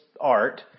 art